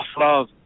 love